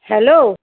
hello